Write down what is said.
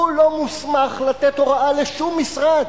הוא לא מוסמך לתת הוראה לשום משרד.